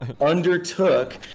undertook